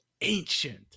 ancient